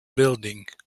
building